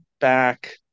back